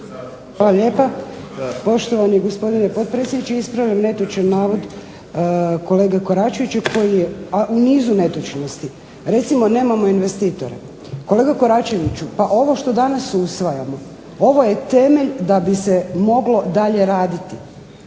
Hvala lijepa. Poštovani gospodine potpredsjedniče, ispravljam netočan navod kolege Koračevića koji je u nizu netočnosti, recimo nemamo investitora. Kolega Koračeviću ovo što danas usvajamo ovo je temelj da bi se moglo dalje raditi